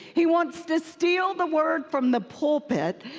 he wants to steal the word from the pulpit,